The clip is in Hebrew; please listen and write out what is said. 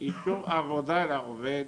ואישור עבודה לעובד.